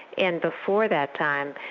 and before that time,